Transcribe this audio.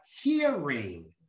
hearing